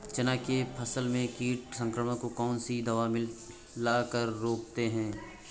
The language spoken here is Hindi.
चना के फसल में कीट संक्रमण को कौन सी दवा मिला कर रोकते हैं?